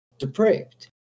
Depraved